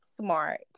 smart